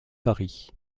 paris